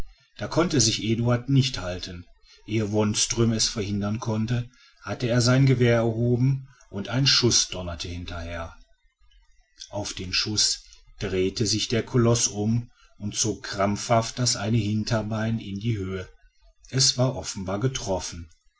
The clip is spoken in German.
da konnte sich eduard nicht halten ehe wonström es verhindern konnte hatte er sein gewehr erhoben und ein schuß donnerte hinterher auf den schuß drehte sich der koloß um und zog krampfhaft das eine hinterbein in die höhe es war offenbar getroffen